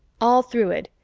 all through it,